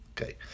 okay